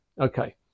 Okay